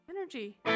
Energy